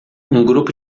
grupo